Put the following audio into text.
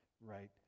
right